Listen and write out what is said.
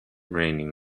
raining